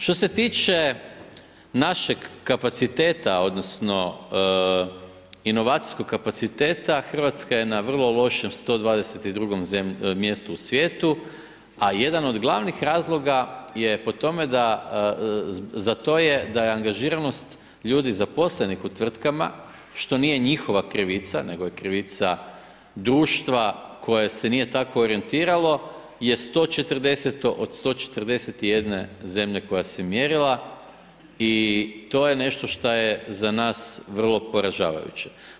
Što se tiče našeg kapaciteta odnosno inovacijskog kapaciteta, Hrvatska je na vrlo lošem 122. mjestu u svijetu, a jesan od glavnih razloga je po tome da je angažiranost ljudi zaposlenih u tvrtkama što nije njihova krivica nego je krivica društva koje se nije tako orijentiralo je 140 od 141 zemlje koja se mjerila i to je nešto što je za nas vrlo poražavajuće.